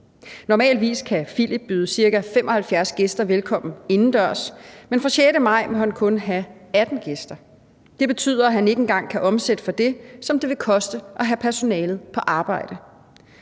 Normalvis kan Philip byde ca. 75 gæster velkommen indendørs, men fra den 6. maj må han kun have 18 gæster. Det betyder, at han ikke engang kan omsætte for det, som det vil koste at have personalet på arbejde.